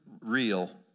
real